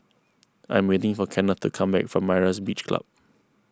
I am waiting for Kennth to come back from Myra's Beach Club